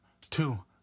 two